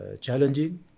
challenging